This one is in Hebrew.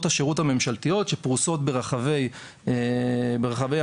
השירות הממשלתיות שפרוסות בחרבי המדינה,